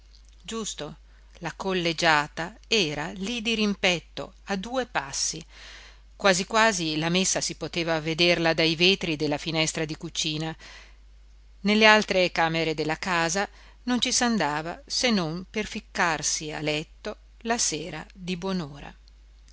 giusto la collegiata era lì dirimpetto a due passi quasi quasi la messa si poteva vederla dai vetri della finestra di cucina nelle altre camere della casa non ci s'andava se non per ficcarsi a letto la sera di buon'ora ma